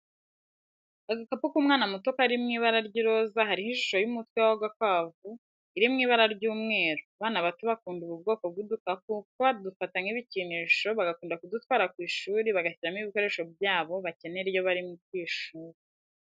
Agakapu k'umwana muto kari mw'ibara ry'iroza hariho ishusho y'umutwe w'agakwavu iri mu ibara ry'umweru , abana bato bakunda ubu kwoko bw'udukapu kuko badufata nk'ibikinisho bagakunda kudutwara kw'ishuri bagashyiramo ibikoresho byabo bakenera iyo bari ku ishuri.